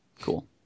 Cool